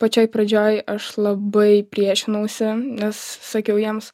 pačioj pradžioj aš labai priešinausi nes sakiau jiems